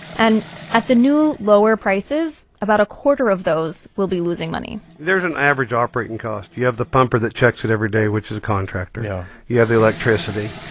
and at the new, lower prices, about a quarter of those will be losing money there's an average operating cost. you have the pumper that checks it every day, which is a contractor yeah you have the electricity.